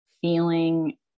feeling